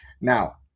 Now